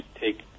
take